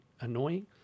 annoying